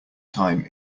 time